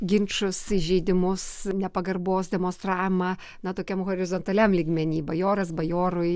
ginčus įžeidimus nepagarbos demonstravimą na tokiam horizontaliam lygmeny bajoras bajorui